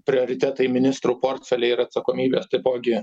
prioritetai ministrų portfeliai ir atsakomybės taipogi